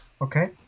Okay